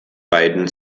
beiden